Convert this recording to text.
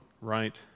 right